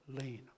lean